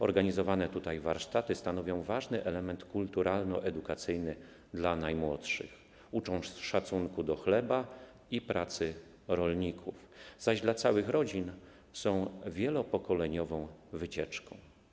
Organizowane tutaj warsztaty stanowią ważny element kulturalno-edukacyjny dla najmłodszych, uczą szacunku do chleba i pracy rolników, zaś dla całych rodzin są wielopokoleniową wycieczką.